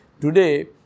Today